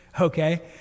okay